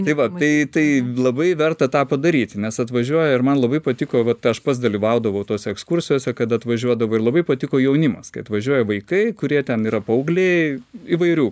tai va tai tai labai verta tą padaryti nes atvažiuoja ir man labai patiko vat aš pats dalyvaudavau tos ekskursijose kad atvažiuodavo ir labai patiko jaunimas kai atvažiuoja vaikai kurie ten yra paaugliai įvairių